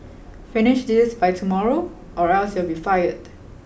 finish this by tomorrow or else you'll be fired